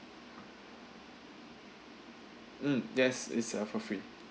mm yes is uh for free